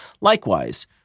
Likewise